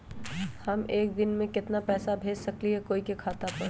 हम एक दिन में केतना पैसा भेज सकली ह कोई के खाता पर?